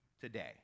today